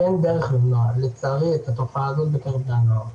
כי אין דרך למנוע לצערי את התופעה הזאת בקרב בני הנוער.